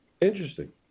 Interesting